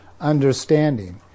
understanding